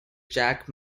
jack